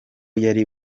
yari